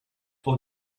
pour